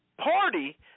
party